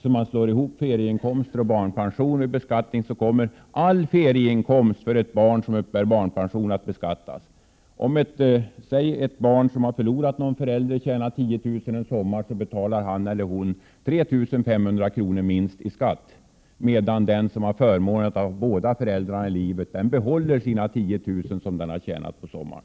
Om man slår ihop ferieinkomster och barnpensionen vid beskattningen, kommer alla ferieinkomster att beskattas. Det barn som har förlorat en förälder och som tjänar exempelvis 10 000 kr. under en sommar betalar minst 3 500 kr. i skatt, medan det barn som har förmånen att ha båda föräldarna i livet får behålla de 10 000 kr. som han eller hon har tjänat under sommaren.